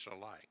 alike